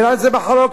ואין על זה מחלוקת,